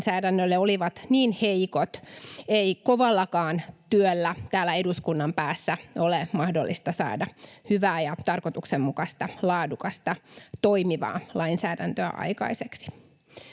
lainsäädännölle olivat niin heikot, ei kovallakaan työllä täällä eduskunnan päässä ole mahdollista saada hyvää ja tarkoituksenmukaista, laadukasta, toimivaa lainsäädäntöä aikaiseksi.